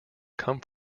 come